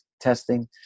testing